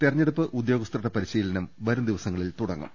തെരഞ്ഞെടുപ്പ് ഉദ്യോഗസ്ഥരുടെ പരിശീലനം വരുംദിവസങ്ങളിൽ തുടങ്ങും